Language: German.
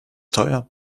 teuer